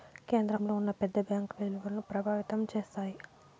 కేంద్రంలో ఉన్న పెద్ద బ్యాంకుల ఇలువను ప్రభావితం చేస్తాయి